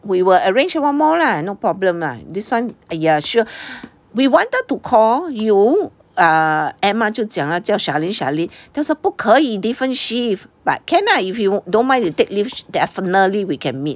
we will arrange one more lah no problem lah this one yeah sure we wanted to call you err Emma 就讲 lah 叫 Charlene Charlene 他说不可以 different shift but can ah if you don't mind you take leave definitely we can meet